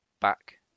back